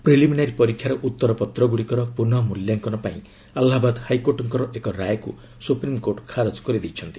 preliminary ପରୀକ୍ଷାର ଉତ୍ତର ପତ୍ରଗୁଡ଼ିକର ପୁନଃ ମୂଲ୍ୟାଙ୍କନ ପାଇଁ ଆହ୍ଲାବାଦ ହାଇକୋର୍ଟଙ୍କ ଏକ ରାୟକୁ ସୁପ୍ରିମକୋର୍ଟ ଖାରଜ କରିଦେଇଛନ୍ତି